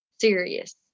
serious